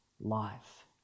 life